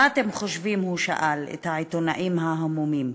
מה אתם חושבים, הוא שאל את העיתונאים ההמומים?